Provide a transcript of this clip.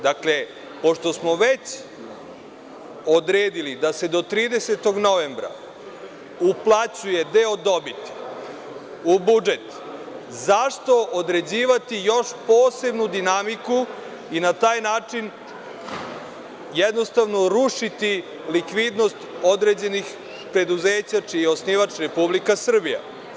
Dakle, pošto smo već odredili da se do 30. novembra uplaćuje deo dobiti u budžet, zašto određivati još posebnu dinamiku i na taj način jednostavno rušiti likvidnost određenih preduzeća čiji je osnivač Republika Srbija?